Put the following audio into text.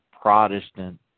Protestant